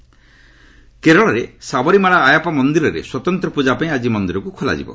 ସାବରିମାଳା କେରଳରେ ସାବରିମାଳା ଆୟପ୍ସା ମନ୍ଦିରରେ ସ୍ୱତନ୍ତ ପୂଜା ପାଇଁ ଆଜି ମନ୍ଦିରକୁ ଖୋଲାଯିବ